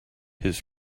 his